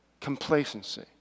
complacency